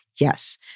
Yes